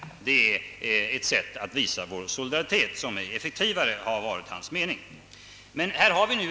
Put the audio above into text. Det är ett sätt att visa vår solidaritet som enligt hans mening är effektivare.